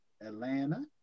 Atlanta